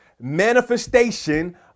manifestation